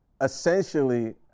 essentially